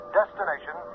destination